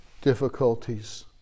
difficulties